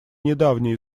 недавнее